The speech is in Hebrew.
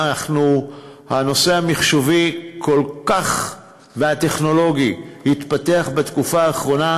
הנושא המחשובי והטכנולוגי התפתח בתקופה האחרונה,